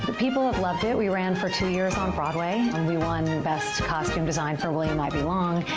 people loved it. we ran for two years on broadway and we won best costume design for william ivy long.